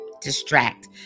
distract